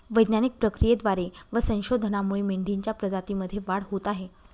वैज्ञानिक प्रक्रियेद्वारे व संशोधनामुळे मेंढीच्या प्रजातीमध्ये वाढ होत आहे